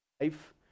Life